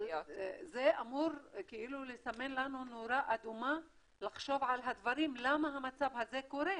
אבל זה אמור לסמן לנו נורה אדומה לחשוב על הדברים למה המצב הזה קורה.